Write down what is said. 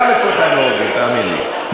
גם אצלך הם לא עובדים, תאמין לי.